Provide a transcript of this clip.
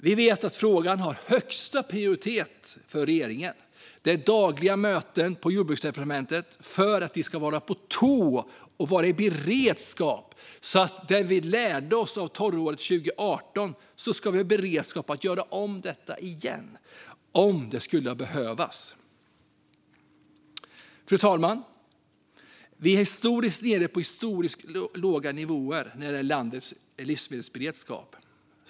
Vi vet att frågan har högsta prioritet för regeringen. Det är dagliga möten på Jordbruksdepartementet för att de ska vara på tå och ha beredskap efter lärdomarna från torråret 2018 så att vi kan göra det igen om det skulle behövas. Fru talman! Vi är nere på historiskt låga nivåer när det gäller landets livsmedelsberedskap.